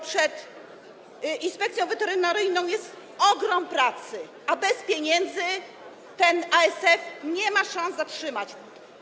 Przed inspekcją weterynaryjną jest ogrom pracy, a bez pieniędzy inspekcja nie ma szans zatrzymać ASF.